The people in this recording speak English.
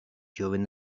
during